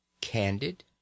candid